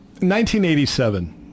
1987